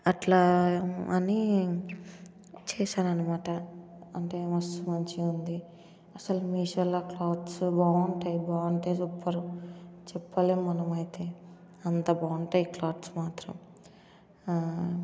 అట్లా అని చేశాను అనమాట అంటే మస్తు మంచిగా ఉంది అసలు మీషోలో క్లాత్స్ బాగుంటాయి బాగుంటాయి సూపర్ చెప్పలేము మనమైతే అంత బాగుంటాయి క్లాత్స్ మాత్రం